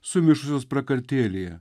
sumišusios prakartėlėje